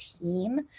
team